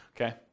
Okay